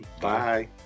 Bye